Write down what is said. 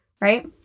right